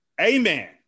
amen